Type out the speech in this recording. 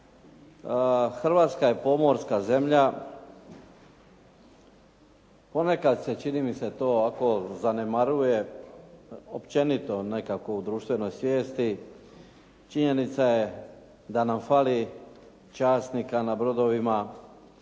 Hrvatska je pomorska zemlja. Ponekad se čini mi se, to zanemaruje, općenito nekako u društvenoj svijesti. Činjenica je da nam fali časnika na brodovima,